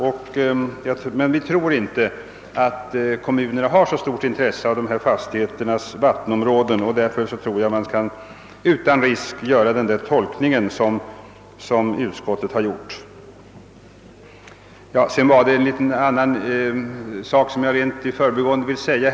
Vi tror emellertid inte att kommunerna har så stort intresse av dessa fastigheters vattenområden, varför man nog utan risk kan göra den tolkning som utskottet har tänkt sig. I förbigående vill jag även beröra en annan sak.